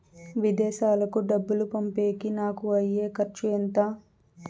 విదేశాలకు డబ్బులు పంపేకి నాకు అయ్యే ఖర్చు ఎంత?